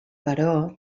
però